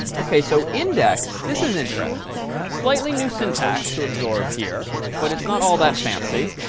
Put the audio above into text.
ok. so index, this is interesting, slightly new syntax to absorb here but it's not all that fancy.